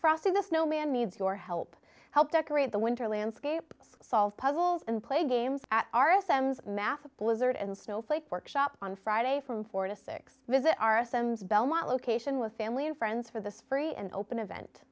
frosty the snowman needs your help help decorate the winter landscape solve puzzles and play games at r s m's massive blizzard and snow flakes workshop on friday from four to six visit our ascends belmont location with family and friends for this free and open event